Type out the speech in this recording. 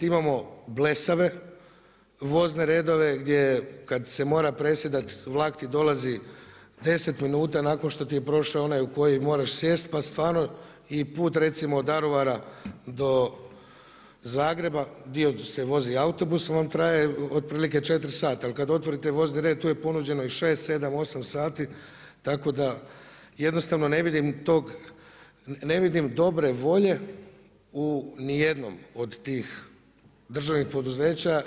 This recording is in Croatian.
Imamo blesave vozne redove gdje kada se mora presjedati vlak ti dolazi deset minuta nakon što ti je prošao onaj u koji moraš sjesti pa stvarno i put recimo od Daruvara do Zagreba, dio se vozi autobusom, on traje otprilike četiri sata jel kada otvorite vozni red tu je ponuđeno i 6, 7, 8 sati tako da jednostavno ne vidim dobre volje u nijednom od tih državnih poduzeća.